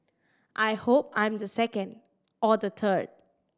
I hope I'm the second or the third